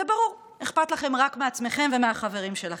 זה ברור: אכפת לכם רק מעצמכם ומהחברים שלכם.